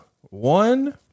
one